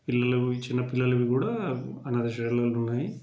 పిల్లలవి చిన్న పిల్లలవి కూడా అనాధ శరణాలయాలు ఉన్నాయి